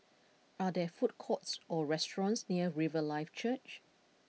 are there food courts or restaurants near Riverlife Church